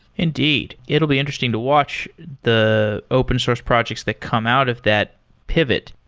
indeed. it will be interesting to watch the open source projects that come out of that pivot.